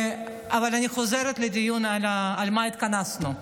אבל אני חוזרת לדיון, על מה התכנסנו.